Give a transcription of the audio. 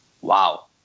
wow